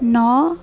ନଅ